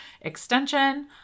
Extension